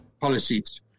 policies